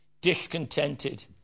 discontented